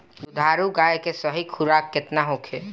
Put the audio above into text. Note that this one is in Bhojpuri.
दुधारू गाय के सही खुराक केतना होखे?